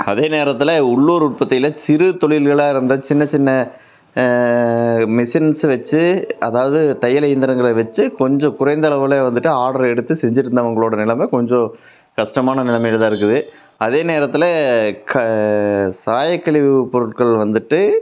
அதே நேரத்தில் உள்ளூர் உற்பத்தியில் சிறு தொழில்களா இருந்த சின்னச் சின்ன மிசின்ஸு வெச்சு அதாவது தையல் இயந்திரங்களை வெச்சு கொஞ்சம் குறைந்த அளவில் வந்துவிட்டு ஆட்ரு எடுத்து செஞ்சிட்டுருந்தவங்களோட நெலமை கொஞ்சம் கஷ்டமான நிலமைல தான் இருக்குது அதே நேரத்தில் க சாயக் கழிவு பொருட்கள் வந்துவிட்டு